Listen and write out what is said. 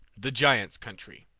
the giant's country